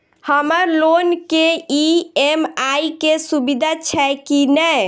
हम्मर लोन केँ ई.एम.आई केँ सुविधा छैय की नै?